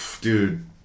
Dude